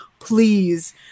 Please